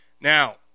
Now